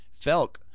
Felk